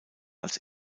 als